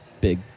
big